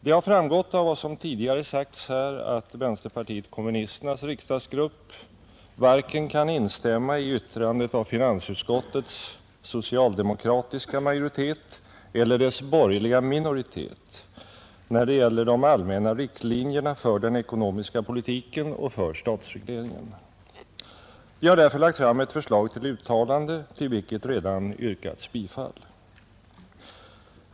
Det har framgått av vad som tidigare sagts här att vänsterpartiet kommunisternas riksdagsgrupp varken kan instämma i yttrandet av finansutskottets socialdemokratiska majoritet eller yttrandet av dess borgerliga minoritet när det gäller de allmänna riktlinjerna för den ekonomiska politiken och för statsregleringen. Vi har därför lagt fram ett förslag till uttalande, till vilket redan yrkats bifall.